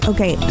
Okay